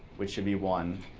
which would be one.